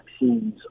vaccines